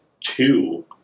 two